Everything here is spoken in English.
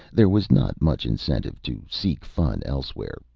there was not much incentive to seek fun elsewhere.